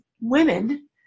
women